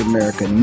America